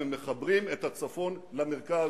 ומחברים את הצפון למרכז,